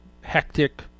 hectic